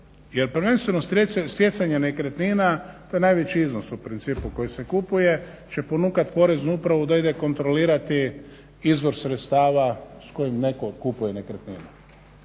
Jer prvenstveno stjecanje nekretnina to je najveći iznos u principu koji se kupuje će ponukat Poreznu upravu da ide kontrolirati izvor sredstava s kojim netko kupuje nekretnine.